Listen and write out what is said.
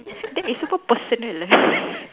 that is super personal